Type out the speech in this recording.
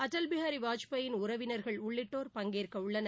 அடல் பிஹாரி வாஜ்பாயின் உறவினர்கள் உள்ளிட்டோர் பங்கேற்க உள்ளனர்